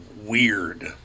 weird